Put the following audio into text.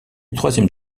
troisième